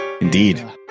Indeed